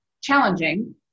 challenging